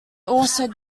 also